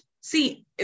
see